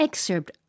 Excerpt